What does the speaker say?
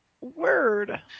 word